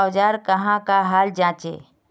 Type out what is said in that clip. औजार कहाँ का हाल जांचें?